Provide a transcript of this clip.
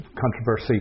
controversy